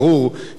משולבות,